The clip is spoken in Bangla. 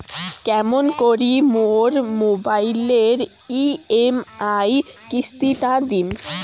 কেমন করি মোর মোবাইলের ই.এম.আই কিস্তি টা দিম?